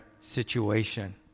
situation